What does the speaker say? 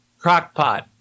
Crockpot